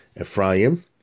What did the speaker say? Ephraim